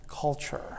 culture